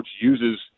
uses